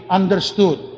understood